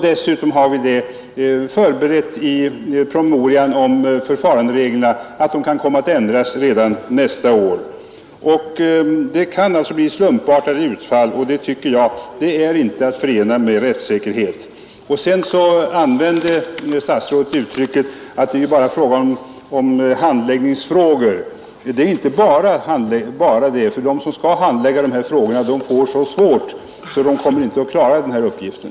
Dessutom har vi detta uttalande i promemorian om förfarandereglerna, att de kan komma att ändras redan nästa år. Det kan alltså bli slumpartade utfall, och det tycker jag inte går att förena med rättssäkerhet. Sedan använde statsrådet uttrycket att det gäller bara handläggningsfrågor. Det är inte ”bara” det, för de som skall handlägga dessa frågor får det så svårt, att de inte kommer att klara uppgiften.